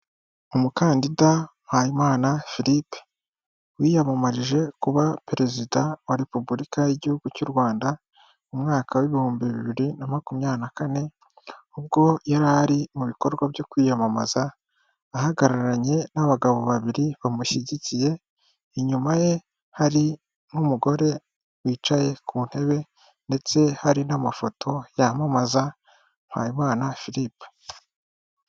Umukandida Mpayimana Philippe wiyamamarije kuba perezida wa repubulika y'igihugu cy'u Rwanda mu mwaka w'ibihumbi bibiri na makumyabiri na kane, ubwo yari ari mu bikorwa byo kwiyamamaza ahagararanye n'abagabo babiri bamushyigikiye, inyuma ye hari n'umugore wicaye ku ntebe ndetse hari n'amafoto yamamaza Mpabimana Philippe.